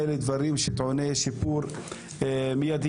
אלה דברים שטעונים שיפור מיידי.